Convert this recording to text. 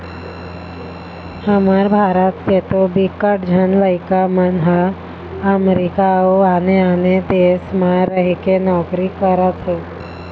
हमर भारत के तो बिकट झन लइका मन ह अमरीका अउ आने आने देस म रहिके नौकरी करत हे